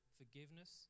forgiveness